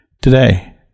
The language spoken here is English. today